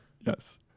Yes